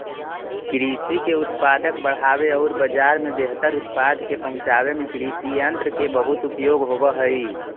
कृषि के उत्पादक बढ़ावे औउर बाजार में बेहतर उत्पाद के पहुँचावे में कृषियन्त्र के बहुत उपयोग होवऽ हई